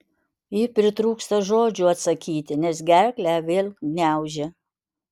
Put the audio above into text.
ji pritrūksta žodžių atsakyti nes gerklę vėl gniaužia